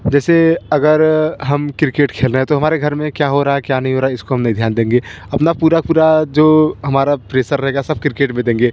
जैसे अगर हम क्रिकेट खेल रहे हैं तो हमारे घर में क्या हो रहा है क्या नहीं हो रहा इसको हम नहीं ध्यान देंगे अपना पूरा पूरा जाे हमारा प्रेसर रहेगा सब किर्केट पे देंगे